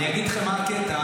אני אגיד לכם מה הקטע,